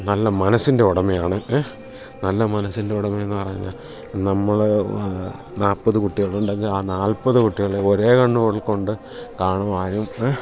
നല്ല മനസ്സിൻ്റെ ഉടമയാണ് ഏ നല്ല മനസ്സിൻ്റെ ഉടമ എന്നു പറഞ്ഞാൽ നമ്മൾ നാല്പ്പത് കുട്ടികൾ ഉണ്ടെങ്കിൽ ആ നാൽപ്പത് കുട്ടികളെയും ഒരേ കണ്ണുകൾ കൊണ്ട് കാണും ഏ